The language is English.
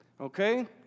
okay